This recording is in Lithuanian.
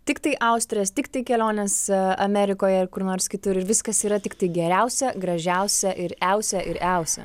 tiktai austrės tiktai kelionėse amerikoje ar kur nors kitur viskas yra tiktai geriausia gražiausia ir iausia ir iausia